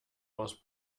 was